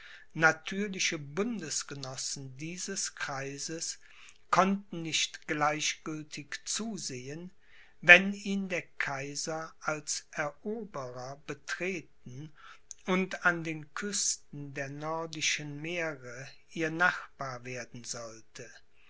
natürliche bundesgenossen dieses kreises konnten nicht gleichgültig zusehen wenn ihn der kaiser als eroberer betreten und an den küsten der nordischen meere ihr nachbar werden sollte